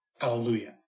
Alleluia